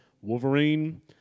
Wolverine